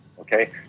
Okay